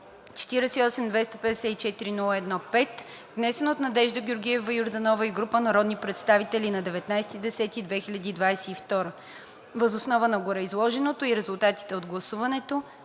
48-254-01-5, внесен от Надежда Георгиева Йорданова и група народни представители на 19 октомври 2022 г. Въз основа на гореизложеното и резултатите от гласуването